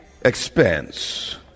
expense